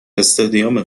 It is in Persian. استادیوم